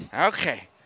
Okay